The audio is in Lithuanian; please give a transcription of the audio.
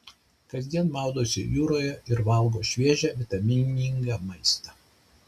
kasdien maudosi jūroje ir valgo šviežią vitaminingą maistą